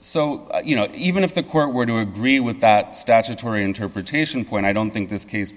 so you know even if the court were to agree with that statutory interpretation point i don't think this case